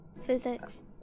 Physics